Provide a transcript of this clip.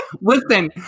listen